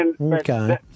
okay